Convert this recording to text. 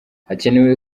hakenewe